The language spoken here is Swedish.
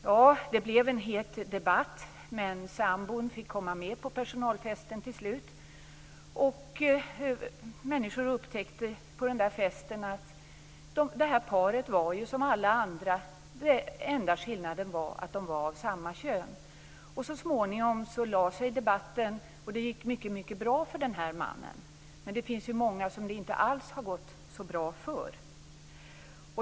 Ja, det blev en het debatt, men sambon fick komma med på personalfesten till slut. Människor upptäckte på festen att det här paret var som alla andra. Enda skillnaden var att de var av samma kön. Så småningom lade sig debatten, och det gick mycket bra för den här mannen. Men det finns många som det inte alls har gått så bra för.